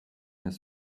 his